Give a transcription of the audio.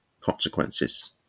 consequences